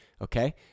Okay